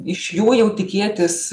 iš jų jau tikėtis